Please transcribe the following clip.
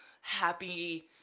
happy